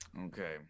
okay